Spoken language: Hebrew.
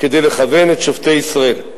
כדי לכוון את שופטי ישראל.